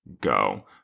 go